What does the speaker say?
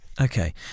Okay